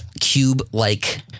cube-like